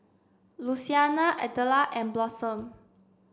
Louisiana Adela and Blossom